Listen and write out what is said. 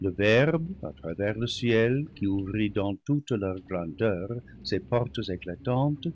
le verbe à travers le ciel qui ouvrit dans toute leur grandeur ses portes éclatantes